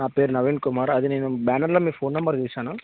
నా పేరు నవీన్ కుమార్ అది నేను బ్యానర్లో మీ ఫోన్ నంబర్ చూసాను